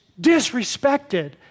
disrespected